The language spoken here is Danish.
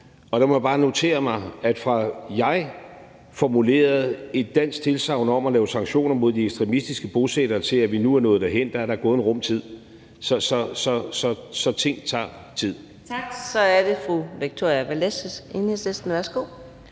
og der må jeg bare notere mig, at fra jeg formulerede et dansk tilsagn om at lave sanktioner mod de ekstremistiske bosættere, til, at vi nu er nået derhen, er der gået en rum tid. Så ting tager tid. Kl. 17:28 Fjerde næstformand (Karina Adsbøl): Tak.